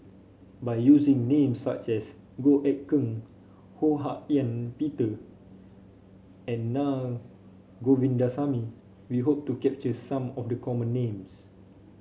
by using names such as Goh Eck Kheng Ho Hak Ean Peter and Naa Govindasamy we hope to capture some of the common names